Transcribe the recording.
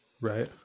right